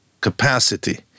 capacity